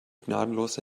gnadenlose